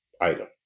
item